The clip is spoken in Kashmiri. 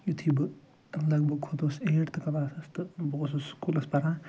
یُتھٕے بہٕ لگ بگ کھوٚتُس ایٹتھٕ کلاسس تہٕ بہٕ اوسُس سُکوٗلس پَران